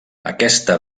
aquesta